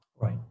Right